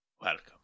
Welcome